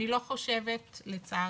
אני לא חושבת, לצערי,